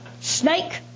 snake